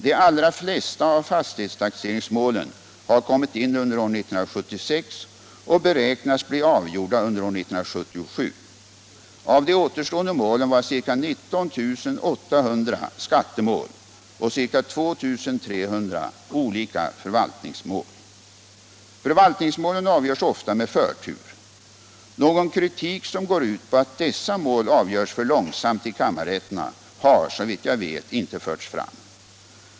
De allra flesta av fastighetstaxeringsmålen har kommit in under år 1976 och beräknas bli avgjorda under år 1977. Av de återstående målen var ca 19800 skattemål och ca 2300 olika förvaltningsmål. Förvaltningsmålen avgörs ofta med förtur. Någon kritik som går ut på att dessa mål avgörs för långsamt i kammarrätterna har, såvitt jag vet, inte förts fram.